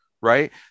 Right